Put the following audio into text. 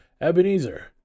Ebenezer